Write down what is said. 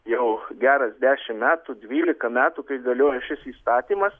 jau geras dešimt metų dvylika metų kai galioja šis įstatymas